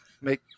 make